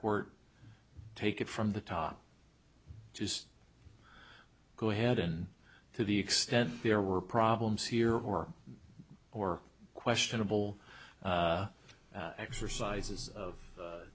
court take it from the top just go ahead and to the extent there were problems here or or questionable exercises of